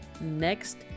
next